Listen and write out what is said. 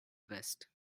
vest